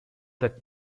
that